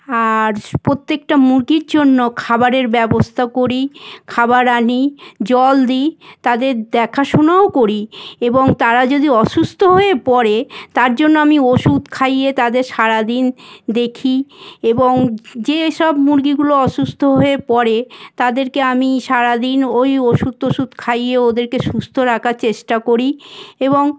আর প্রত্যেকটা মুরগির জন্য খাবারের ব্যবস্থা করি খাবার আনি জল দিই তাদের দেখাশোনাও করি এবং তারা যদি অসুস্থ হয়ে পড়ে তার জন্য আমি ওষুধ খাইয়ে তাদের সারাদিন দেখি এবং যে সব মুরগিগুলো অসুস্থ হয়ে পড়ে তাদেরকে আমি সারাদিন ওই ওষুধ টষুধ খাইয়ে ওদেরকে সুস্থ রাখার চেষ্টা করি এবং